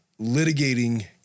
litigating